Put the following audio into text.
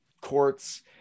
courts